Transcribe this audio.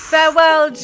Farewell